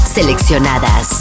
Seleccionadas